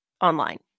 online